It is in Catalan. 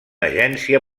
agència